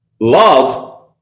Love